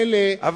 מילא,